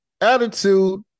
attitude